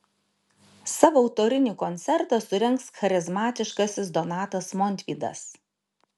savo autorinį koncertą surengs charizmatiškasis donatas montvydas